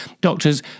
doctors